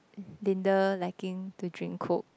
Linda liking to drink Coke